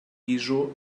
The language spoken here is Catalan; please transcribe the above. iso